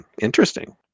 interesting